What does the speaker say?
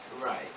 Right